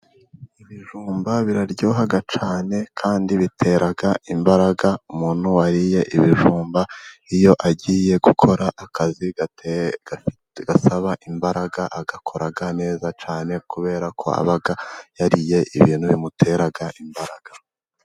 Ibijumba biraryoha cyane kandi biteraga imbaraga, umuntu wariye ibijumba iyo agiye gukora akazi gasaba imbaraga agakora neza cyane, kubera ko aba yariye ibintu bimutera imbaraga.